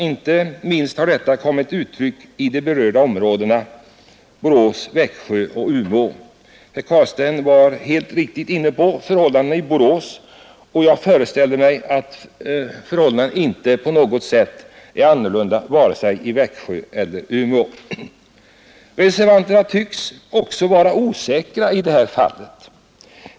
Inte minst har detta kommit till uttryck i de berörda områdena Borås, Växjö och Umeå. Herr Carlstein var helt riktigt inne på förhållandena i Borås, och jag föreställer mig att förhållandena inte på något sätt är annorlunda i vare sig Växjö eller Umeå. Reservanterna tycks också vara osäkra i detta fall.